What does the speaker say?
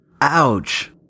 Ouch